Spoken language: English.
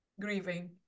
grieving